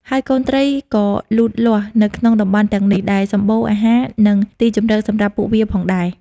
ហើយកូនត្រីក៏លូតលាស់នៅក្នុងតំបន់ទាំងនេះ ដែលសម្បូរអាហារ និងទីជម្រកសម្រាប់ពួកវាផងដែរ។